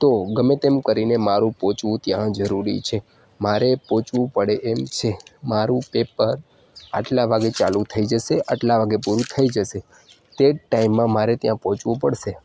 તો ગમે તેમ કરીને મારું પહોંચવું ત્યાં જરુરી છે મારે પહોંચવું પડે એમ છે મારું પેપર આટલા વાગ્યે ચાલુ થઈ જશે આટલા વાગ્યે પૂરું થઈ જશે તે ટાઈમમાં મારે ત્યાં પહોંચવું પડશે